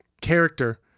character